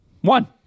One